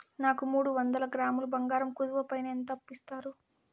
నాకు మూడు వందల గ్రాములు బంగారం కుదువు పైన ఎంత అప్పు ఇస్తారు?